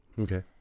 Okay